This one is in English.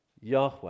Yahweh